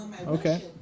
Okay